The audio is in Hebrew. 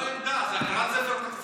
זה לא עמדה, זה הקראת ספר תקציב.